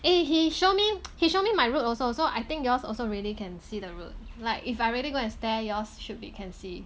eh he show me he show me my root also so I think yours also really can see the root like if I really go and stare yours should be can see